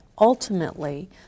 ultimately